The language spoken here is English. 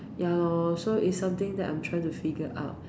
ya lor so its something that I'm trying to figure out